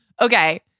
okay